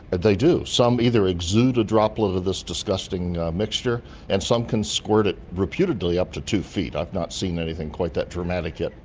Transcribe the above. but they do. some either exude a droplet of this disgusting mixture and some can squirt it reputedly up to two feet. i've not seen anything quite that dramatic yet.